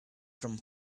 from